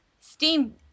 Steam